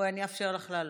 בואי, אני אאפשר לך לעלות.